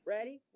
Ready